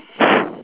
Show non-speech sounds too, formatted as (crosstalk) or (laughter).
(breath)